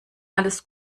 alles